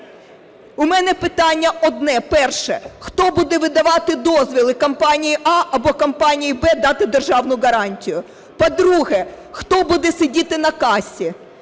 У мене питання одне: перше – хто буде видавати дозвіл компанії "А" або компанії "Б" дати державну гарантію. По-друге. Хто буде сидіти на касі?